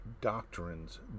doctrines